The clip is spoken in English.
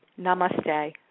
Namaste